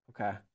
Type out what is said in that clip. okay